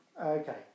Okay